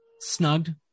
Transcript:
snugged